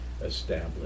established